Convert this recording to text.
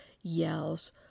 yells